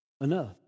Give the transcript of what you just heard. enough